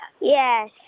Yes